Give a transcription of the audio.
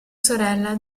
sorella